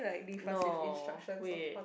no wait